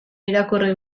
irakurri